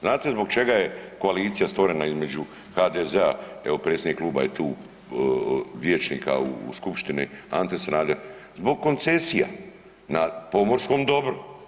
Znate zbog čega je koalicija stvorena između HDZ-a evo predsjednik kluba je tu, vijećnika u skupštini Ante Sanader, zbog koncesija na pomorskom dobru.